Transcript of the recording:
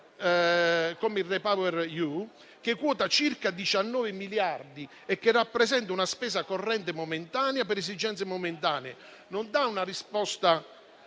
come il REPowerEU, che quota circa 19 miliardi e che rappresenta una spesa corrente momentanea per esigenze momentanee, non dà una risposta